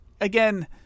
again